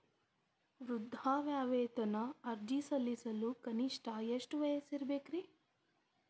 ವೃದ್ಧಾಪ್ಯವೇತನ ಅರ್ಜಿ ಸಲ್ಲಿಸಲು ಕನಿಷ್ಟ ಎಷ್ಟು ವಯಸ್ಸಿರಬೇಕ್ರಿ?